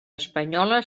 espanyola